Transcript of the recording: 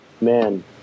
Man